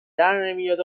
درنمیاد